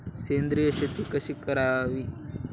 सेंद्रिय शेती कशी करावी?